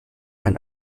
ein